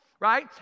Right